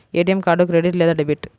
ATM card credit లేదా debit?